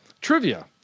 Trivia